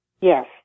Yes